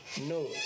no